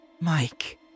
Mike